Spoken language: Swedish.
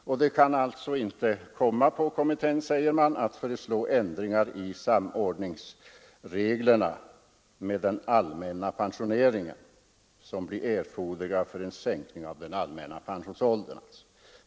Kommittén menar därför att det inte kan ankomma på den att föreslå några ändringar i samband med de regler för samordning med den allmänna pensioneringen som blir erforderliga vid en sänkning av den allmänna pensionsåldern.